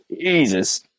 Jesus